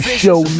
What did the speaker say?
show